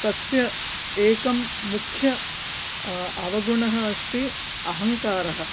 तस्य एकः मुख्यः अवगुणः अस्ति अहङ्कारः